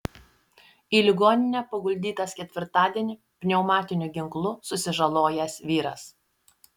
į ligoninę paguldytas ketvirtadienį pneumatiniu ginklu susižalojęs vyras